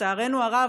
לצערנו הרב,